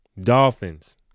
Dolphins